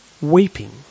weeping